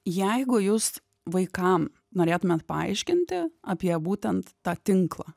jeigu jūs vaikam norėtumėt paaiškinti apie būtent tą tinklą